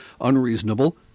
unreasonable